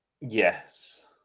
Yes